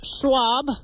Schwab